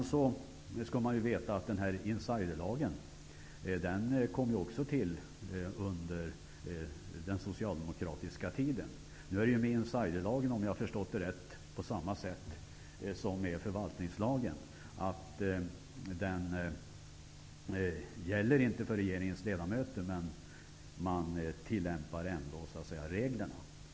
Man skall ju veta att insiderlagen kom till under den socialdemokratiska tiden. Om jag har förstått rätt så är det på samma sätt med insiderlagen som med förvaltningslagen, dvs. insiderlagen gäller inte för regeringens ledamöter, men den tillämpas ändå.